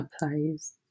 applies